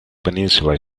peninsula